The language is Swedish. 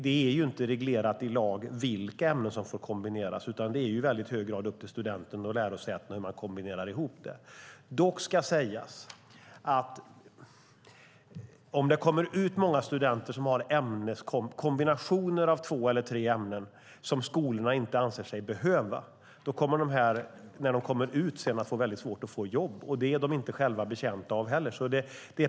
Det är inte reglerat i lag vilka ämnen som får kombineras, utan det är i hög grad upp till studenterna och lärosätena att kombinera ihop dem. Dock ska sägas att om många studenter har kombinationer av två eller tre ämnen som skolorna inte anser sig behöva kommer de att få väldigt svårt att få jobb. Det är de inte själva betjänta av.